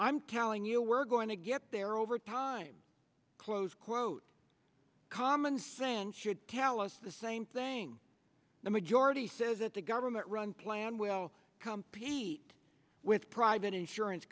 i'm telling you we're going to get there over time close quote common fan should tell us the same thing the majority says that the government run plan will compete with private insurance